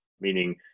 meaning